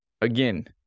again